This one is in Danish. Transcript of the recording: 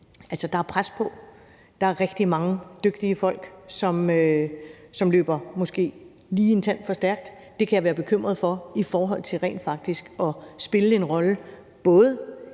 er pres på. Der er rigtig mange dygtige folk, som løber måske lige en tand for stærkt. Det kan jeg være bekymret for i forhold til rent faktisk at spille en rolle, både